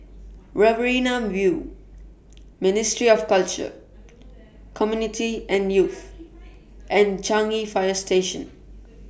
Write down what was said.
Riverina View Ministry of Culture Community and Youth and Changi Fire Station